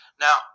Now